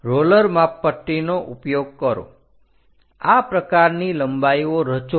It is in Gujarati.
રોલર માપપટ્ટીનો ઉપયોગ કરો આ પ્રકારની લંબાઈઓ રચો